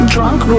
Drunk